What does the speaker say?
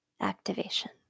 activation